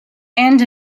and